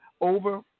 over